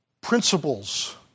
principles